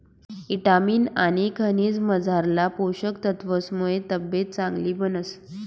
ईटामिन आनी खनिजमझारला पोषक तत्वसमुये तब्येत चांगली बनस